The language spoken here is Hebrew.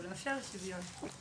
כמו למשל שוויון.